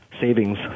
savings